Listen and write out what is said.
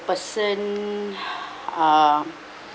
person um